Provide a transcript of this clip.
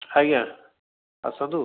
ଆଜ୍ଞା ଆସନ୍ତୁ